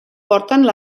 porten